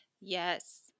Yes